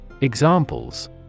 Examples